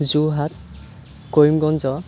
Jorhat Karimganj